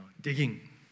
digging